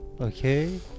Okay